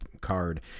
card